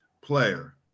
player